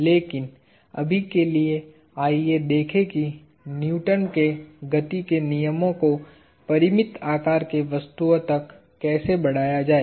लेकिन अभी के लिए आइए देखें कि न्यूटन के गति के नियमों को परिमित आकार के वस्तुओ तक कैसे बढ़ाया जाए